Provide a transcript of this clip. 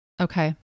Okay